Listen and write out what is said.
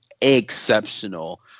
exceptional